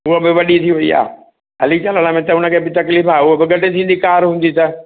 हुअ बि वॾी थी वई आहे हली चलण में त उनखे बि तकलीफ़ आहे उहा बि गॾजिंदी कार हूंदी त